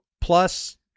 plus